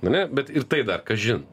ane bet ir tai dar kažin